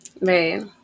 right